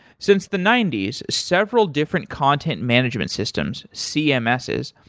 since the ninety s, several different content management systems, cms's,